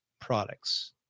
products